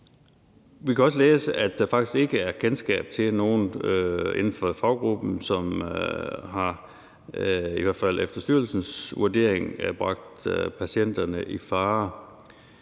Vi kan også læse, at der faktisk ikke er kendskab til nogen inden for faggruppen, som, i hvert fald efter styrelsens vurdering, har bragt patienter i fare.